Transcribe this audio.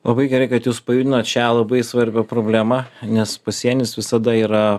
labai gerai kad jūs pajudinot šią labai svarbią problemą nes pasienis visada yra